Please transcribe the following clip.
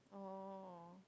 oh